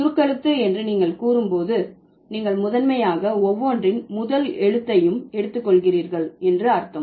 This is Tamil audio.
சுருக்கெழுத்து என்று நீங்கள் கூறும்போது நீங்கள் முதன்மையாக ஒவ்வொன்றின் முதல் எழுத்தையும் எடுத்துக்கொள்கிறீர்கள் என்று அர்த்தம்